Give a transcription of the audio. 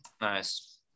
nice